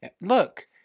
Look